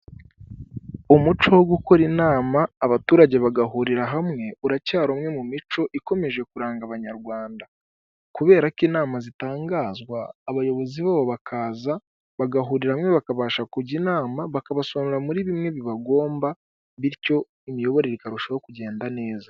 Umuco wo gukora inama abaturage bagahurira hamwe, uracyari umwe mu mico ikomeje kuranga abanyarwanda kubera ko inama zitangazwa, abayobozi babo bakaza bagahurira hamwe bakabasha kujya inama bakabasobanurira muri bimwe bibagomba, bityo imiyoborere ikarushaho kugenda neza.